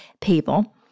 people